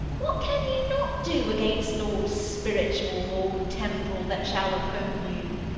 what can you not do against lords spiritual or temporal, that shall oppone you?